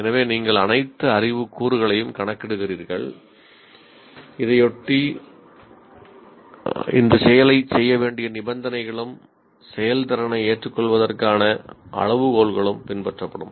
எனவே நீங்கள் அனைத்து அறிவு கூறுகளையும் கணக்கிடுகிறீர்கள் இதையொட்டி இந்த செயலைச் செய்ய வேண்டிய நிபந்தனைகளும் செயல்திறனை ஏற்றுக்கொள்வதற்கான அளவுகோல்களும் பின்பற்றப்படும்